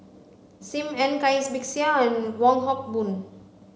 Sim Ann Cai Bixia and Wong Hock Boon